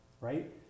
right